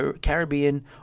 Caribbean